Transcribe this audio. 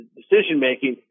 decision-making